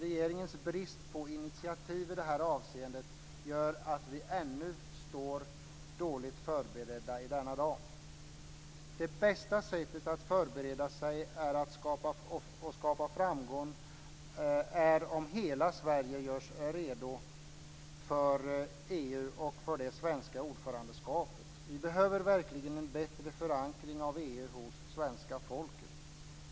Regeringens brist på initiativ i det här avseendet gör att vi ännu i denna dag står dåligt förberedda. Det bästa sättet att förbereda sig och skapa framgång är om hela Sverige görs redo för EU och för det svenska ordförandeskapet. Vi behöver verkligen en bättre förankring av EU hos svenska folket.